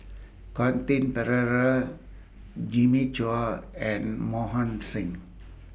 Quentin Pereira Jimmy Chua and Mohan Singh